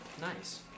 Nice